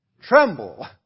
Tremble